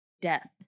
death